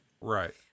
Right